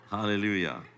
Hallelujah